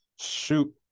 shoot